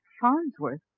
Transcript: Farnsworth